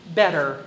better